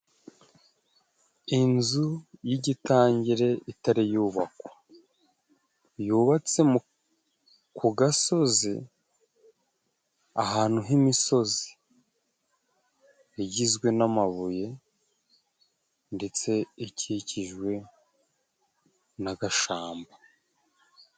Inzu y'igitangire itariyubakwa yubatse ku gasozi, ahantu h'imisozi igizwe n'amabuye ndetse ikikijwe na agashamba.